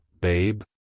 babe